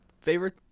favorite